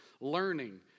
learning